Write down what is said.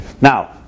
Now